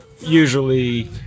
usually